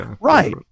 right